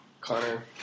Connor